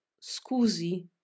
scusi